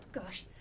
gosh.